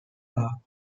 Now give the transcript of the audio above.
are